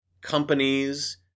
companies